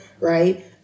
right